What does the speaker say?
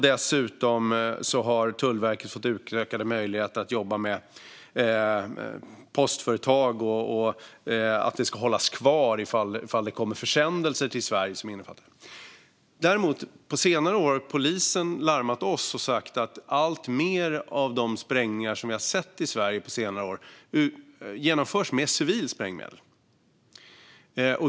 Dessutom har Tullverket fått utökade möjligheter att jobba med postföretag så att ifall försändelser kommer till Sverige som innefattar sådant ska de hållas kvar. På senare år har polisen larmat oss och sagt att allt fler av de sprängningar som vi har sett i Sverige genomförs med civila sprängmedel.